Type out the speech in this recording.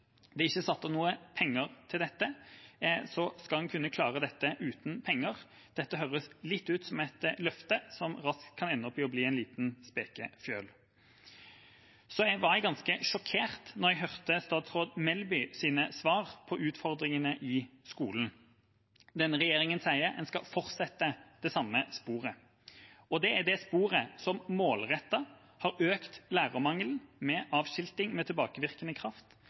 Det er ikke satt av noen penger til dette. Å klare dette uten penger høres litt ut som et løfte som raskt kan ende opp med å bli en liten spekefjøl. Så ble jeg ganske sjokkert da jeg hørte statsråd Melbys svar på utfordringene i skolen. Denne regjeringa sier at en skal fortsette i det samme sporet. Det er det sporet som målrettet har økt lærermangelen med avskilting med tilbakevirkende kraft,